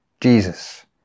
Jesus